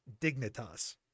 dignitas